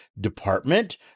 department